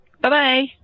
Bye-bye